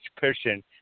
person